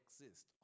exist